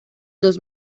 dos